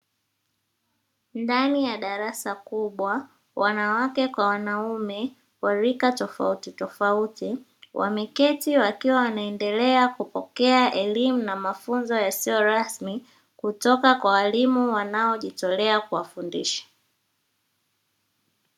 Ndani ya darasa kubwa wanawake kwa wanaume wa rika tofauti tofauti, wameketi wakiwa wanaendelea kupokea elimu na mafunzo yasiyo rasmi kutoka kwa walimu wanaojitolea kuwafundisha.